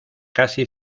casi